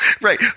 right